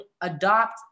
adopt